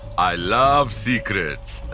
i love secrets!